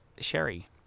Sherry